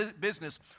business